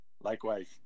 Likewise